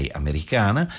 americana